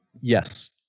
Yes